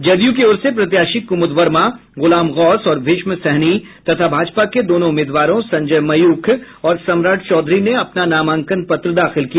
जदयू की ओर से प्रत्याशी कुमुद वर्मा गुलाम गौस और भीष्म सहनी तथा भाजपा के दोनों उम्मीदवारों संजय मयूख और सम्राट चौधरी ने अपना नामांकन पत्र दाखिल किया